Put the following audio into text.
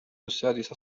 السادسة